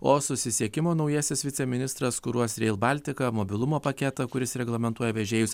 o susisiekimo naujasis viceministras kuruos rail baltica mobilumo paketą kuris reglamentuoja vežėjus